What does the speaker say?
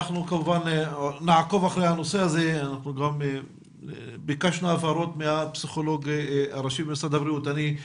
היא לא יכולה להסתמך על זה, זאת הבעיה.